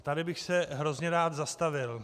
Tady bych se hrozně rád zastavil.